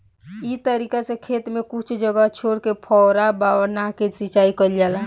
इ तरीका से खेत में कुछ जगह छोर के फौवारा बना के सिंचाई कईल जाला